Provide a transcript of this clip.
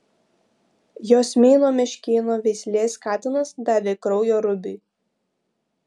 jos meino meškėno veislės katinas davė kraujo rubiui